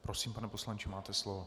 Prosím, pane poslanče, máte slovo.